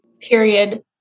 period